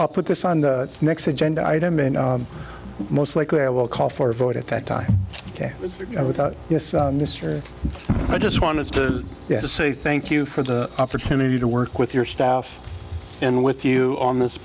i'll put this on the next agenda item and most likely i will call for a vote at that time ok mr i just wanted to say thank you for the opportunity to work with your staff and with you on this